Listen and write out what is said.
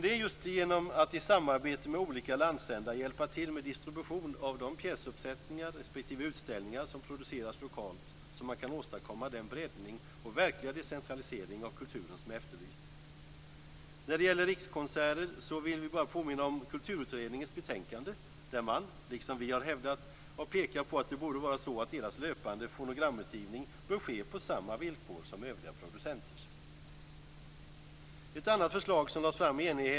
Det är just genom att i samarbete med olika landsändar hjälpa till med distribution av de pjäsuppsättningar respektive utställningar som produceras lokalt som man kan åstadkomma den breddning och verkliga decentralisering av kulturen som efterlysts. När det gäller Rikskonserter så vill vi bara påminna om Kulturutredningens betänkande, där man - liksom vi har hävdat - har pekat på att det borde vara så att deras löpande fonogramutgivning bör ske på samma villkor som övriga producenters.